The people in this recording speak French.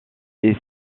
est